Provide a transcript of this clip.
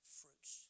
fruits